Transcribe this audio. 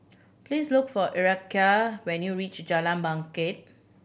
please look for Erykah when you reach Jalan Bangket